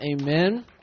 Amen